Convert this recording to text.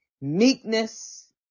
meekness